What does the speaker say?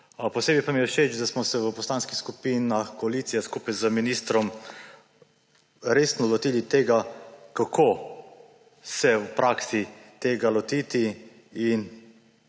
Posebej pa mi je všeč, da smo se v poslanskih skupinah koalicije skupaj z ministrom resno lotili tega, kako se v praksi tega lotiti.